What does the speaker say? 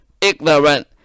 ignorant